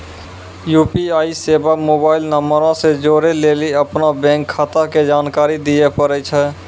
UPI सेबा mobile नंबरो से जोड़ै लेली अपनो बैंक खाता के जानकारी दिये पड़ै छै